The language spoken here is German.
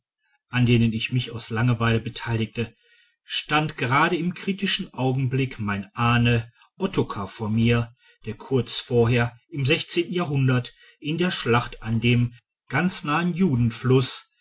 an denen ich mich aus langeweile beteiligte stand gerade im kritischen augenblick mein ahne ottokar vor mir der kurz vorher im sechzehnten jahrhundert in der schlacht an dem ganz nahen